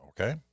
okay